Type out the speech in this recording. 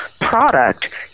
product